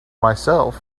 myself